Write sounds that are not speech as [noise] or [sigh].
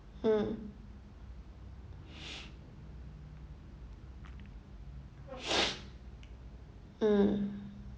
mm [noise] mm